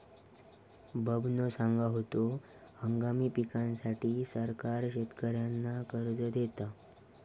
बबनो सांगा होतो, हंगामी पिकांसाठी सरकार शेतकऱ्यांना कर्ज देता